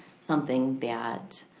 something that